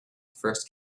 first